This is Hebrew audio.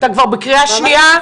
אתה כבר בקריאה שנייה.